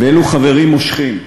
אלו חברים מושכים,